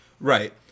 Right